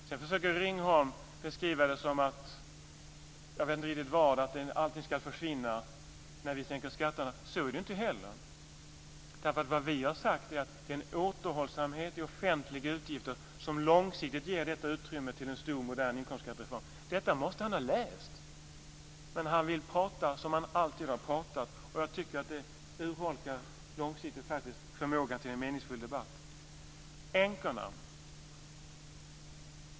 Sedan försöker Ringholm beskriva att allting ska försvinna när vi sänker skatterna. Så är det inte heller. Vi har sagt att det är en återhållsamhet i offentliga utgifter som långsiktigt ger utrymme för en stor modern inkomstskattereform. Detta måste han ha läst, men han vill prata som han alltid har pratat. Jag tycker att det urholkar förmågan till en meningsfull debatt på lång sikt. Sedan har vi detta med änkorna.